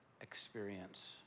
experience